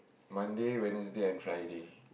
Monday Wednesday and Friday